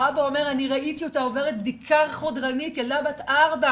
האבא אומר 'אני ראיתי אותה עוברת בדיקה חודרנית' ילדה בת ארבע,